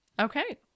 okay